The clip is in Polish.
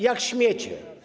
Jak śmiecie?